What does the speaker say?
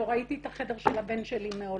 לא ראיתי את החדר של הבן שלי מעולם,